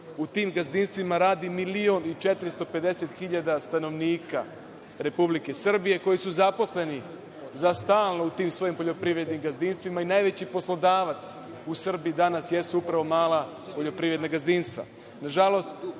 U tim gazdinstvima radi 1.450.000 stanovnika Republike Srbije koji su zaposleni za stalno u tim svojim poljoprivrednim gazdinstvima i najveći poslodavac u Srbiji danas jesu upravo mala poljoprivredna gazdinstva.